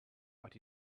but